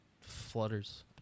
flutters